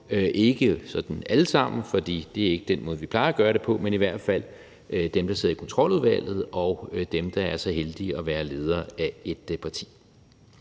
– ikke os alle sammen, for det er ikke den måde, vi plejer at gøre det på, men i hvert fald dem, der sidder i Kontroludvalget, og dem, der er så heldige at være ledere af et parti.